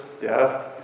death